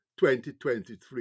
2023